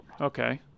Okay